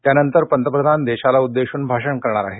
त्यानंतर पंतप्रधान देशाला उद्देशून भाषण करणार आहेत